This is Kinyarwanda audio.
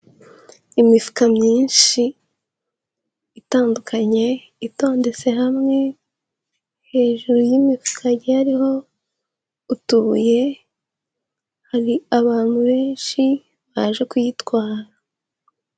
Imifuka myinshi itandukanye itondetse hamwe, hejuru y'imifuka yagiye yariho utubuye, hari abantu benshi baje kuyitwara.